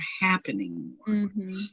happening